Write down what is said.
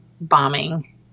bombing